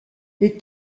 les